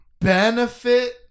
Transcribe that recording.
benefit